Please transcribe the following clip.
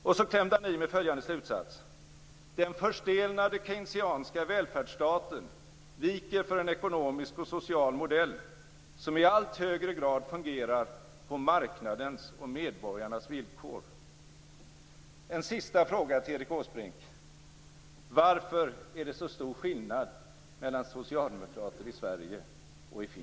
Och sedan klämde han i med följande slutsats: "Den förstelnade keynesianska välfärdsstaten viker för en ekonomisk och social modell, som i allt högre grad fungerar på marknadens och medborgarnas villkor." En sista fråga till Erik Åsbrink: Varför är det så stor skillnad mellan socialdemokrater i Sverige och i